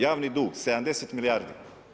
Javni dug, 70 milijardi.